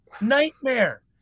nightmare